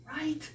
right